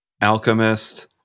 Alchemist